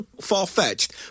far-fetched